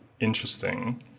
interesting